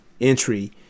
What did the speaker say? entry